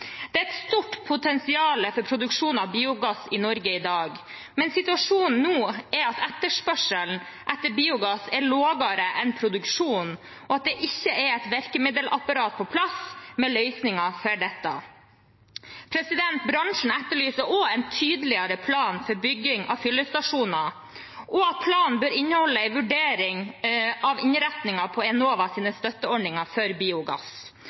Det er et stort potensial for produksjon av biogass i Norge i dag, men situasjonen nå er at etterspørselen etter biogass er lavere enn produksjonen, og at det ikke er et virkemiddelapparat på plass med løsninger for dette. Bransjen etterlyser også en tydeligere plan for bygging av fyllestasjoner, og at planen bør inneholde en vurdering av innretningen på Enovas støtteordninger for biogass,